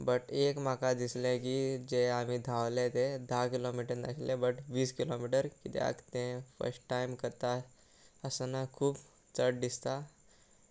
but एक म्हाका दिसलें की जे आमी धांवले ते धा किलोमिटर नाासलें बट वीस किलोमिटर कित्याक तें फस्ट टायम करता आसतना खूब चड दिसता